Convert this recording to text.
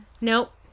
Nope